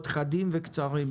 להיות חדים וקצרים,